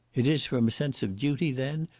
it is from a sense of duty, then,